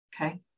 Okay